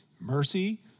Mercy